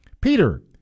Peter